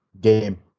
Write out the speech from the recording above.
game